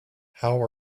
how